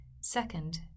Second